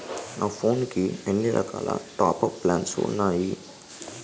నా ఫోన్ కి ఎన్ని రకాల టాప్ అప్ ప్లాన్లు ఉన్నాయి?